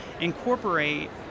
incorporate